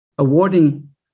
awarding